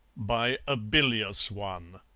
by a bilious one